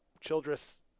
Childress